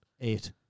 Eight